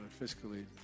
fiscally